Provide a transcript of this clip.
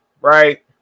right